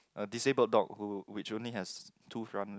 a disabled dog who which only has two front leg